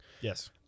Yes